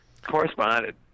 Corresponded